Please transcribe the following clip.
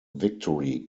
victory